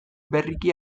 berriki